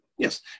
Yes